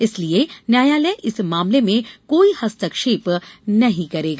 इसलिए न्यायालय इस मामले में कोई हस्तक्षेप नहीं करेंगा